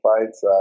fights